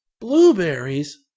Blueberries